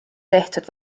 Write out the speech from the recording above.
tehtud